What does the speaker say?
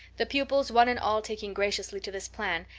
the pupils one and all taking graciously to this plan,